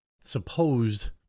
supposed